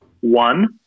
one